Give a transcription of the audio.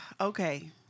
Okay